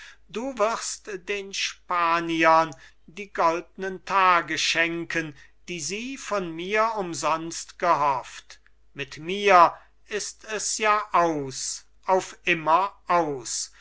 du wirst den spaniern die goldnen tage schenken die sie von mir umsonst gehofft mit mir ist es ja aus auf immer aus